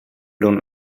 don’t